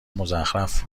مزخرف